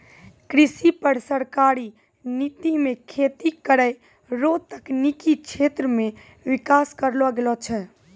कृषि पर सरकारी नीति मे खेती करै रो तकनिकी क्षेत्र मे विकास करलो गेलो छै